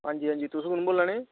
अंजी अंजी तुस कुन्न बोल्ला नै